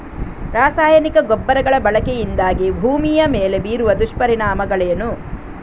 ರಾಸಾಯನಿಕ ಗೊಬ್ಬರಗಳ ಬಳಕೆಯಿಂದಾಗಿ ಭೂಮಿಯ ಮೇಲೆ ಬೀರುವ ದುಷ್ಪರಿಣಾಮಗಳೇನು?